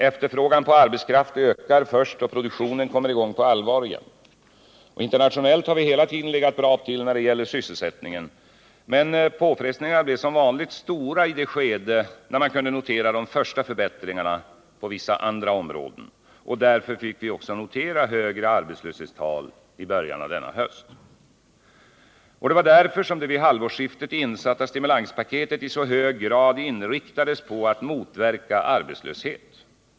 Efterfrågan på arbetskraft ökar först då produktionen kommer i gång på allvar igen. Internationellt har vi hela tiden legat bra till när det gäller sysselsättningen. Men påfrestningarna blev som vanligt stora i det skede när man kunde notera de första förbättringarna på vissa områden. Därför fick vi också notera högre arbetslöshetstal i början av denna höst. Det var därför som det vid halvårsskiftet insatta stimulanspaketet i så hög grad inriktades på att motverka arbetslöshet.